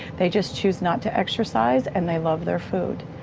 they just choose not to exercise and they love their food.